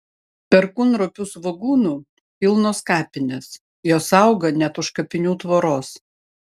perkūnropių svogūnų pilnos kapinės jos auga net už kapinių tvoros